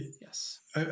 Yes